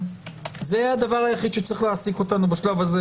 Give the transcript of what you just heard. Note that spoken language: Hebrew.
זה הדבר היחיד שצריך להעסיק אותנו בשלב הזה.